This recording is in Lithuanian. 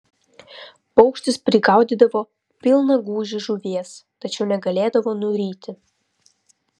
paukštis prigaudydavo pilną gūžį žuvies tačiau negalėdavo nuryti